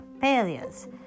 failures